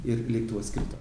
ir lėktuvas krito